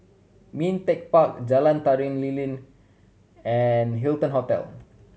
Ming Teck Park Jalan Tari Lilin and Hilton Hotel